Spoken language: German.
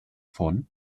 von